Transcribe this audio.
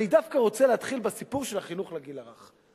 אני דווקא רוצה להתחיל בסיפור של החינוך לגיל הרך.